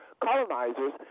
colonizers